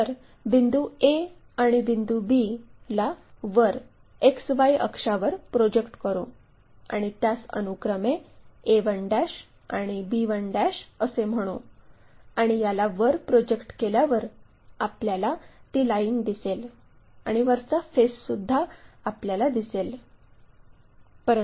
तर बिंदू a आणि बिंदू b ला वर XY अक्षावर प्रोजेक्ट करू आणि त्यास अनुक्रमे a1 आणि b1 असे म्हणू आणि याला वर प्रोजेक्ट केल्यावर आपल्याला ती लाईन दिसेल आणि वरचा फेससुद्धा आपल्याला दिसेल